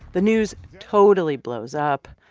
the news totally blows up.